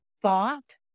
thought